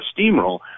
steamroll